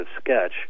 sketch